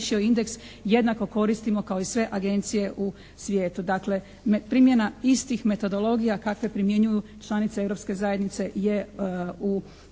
jednako koristimo kao i sve agencije u svijetu. Dakle, primjena istih metodologija kakve primjenjuju članice europske zajednice je u također